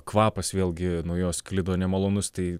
kvapas vėlgi nuo jo sklido nemalonus tai